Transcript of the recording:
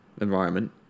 environment